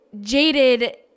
jaded